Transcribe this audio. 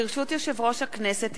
יושב-ראש הכנסת,